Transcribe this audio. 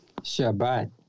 Shabbat